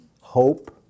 hope